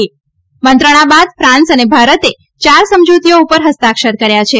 આ મંત્રણા બાદ ક્રાન્સ અને ભારતે ચાર સમજૂતીઓ ઉપર હસ્તાક્ષર કર્યા છે